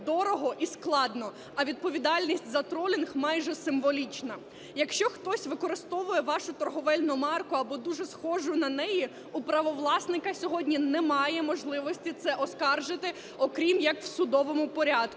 дорого і складно, а відповідальність за тролінг майже символічна. Якщо хтось використовує вашу торгівельну марку або дуже схожу на неї, у правовласника сьогодні немає можливості це оскаржити, окрім як в судовому порядку.